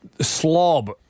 slob